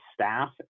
staff